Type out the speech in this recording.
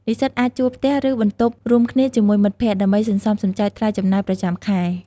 និស្សិតអាចជួលផ្ទះ ឬបន្ទប់រួមគ្នាជាមួយមិត្តភក្តិ ដើម្បីសន្សំសំចៃថ្លៃចំណាយប្រចាំខែ។